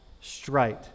straight